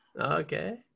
okay